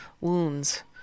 wounds